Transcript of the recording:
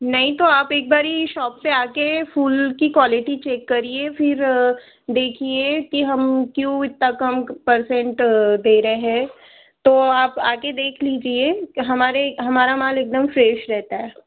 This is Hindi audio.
नहीं तो आप एक बार ही शॉप पर आकर फूल की क्वालिटी चेक करिए फ़िर देखिए कि हम क्यों इतना कम पर्सेन्ट दे रहे है तो आप आके देख लीजिए हमारे हमारा माल एकदम फ्रेश रहता है